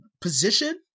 position